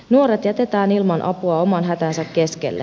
nuoret jätetään ilman apua oman hätänsä keskelle